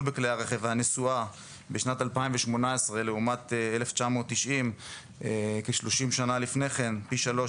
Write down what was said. בכלי הרכב ובנסועה בשנת 2018 לעומת 1990 הוא פי 3,